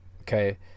okay